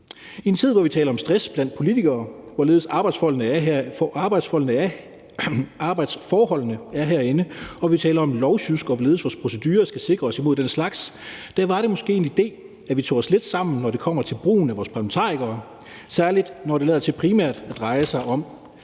I en tid, hvor vi taler om stress blandt politikere, og hvorledes arbejdsforholdene er herinde, og hvor vi taler om lovsjusk, og hvorledes vores procedurer skal sikre os imod den slags, var det måske en idé, at vi tog os lidt sammen, når det kommer til brugen af vores parlamentarikere, særlig når det lader til primært at dreje sig om